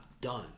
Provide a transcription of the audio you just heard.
done